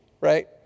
right